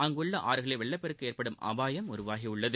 அங்குள்ள ஆறுகளில் வெள்ளப்பெருக்கு ஏற்படும் அபாயம் உருவாகியுள்ளது